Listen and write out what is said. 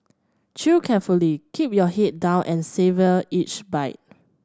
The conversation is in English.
chew carefully keep your head down and savour each bite